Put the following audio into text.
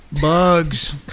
bugs